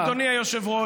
ולכן אדוני היושב-ראש,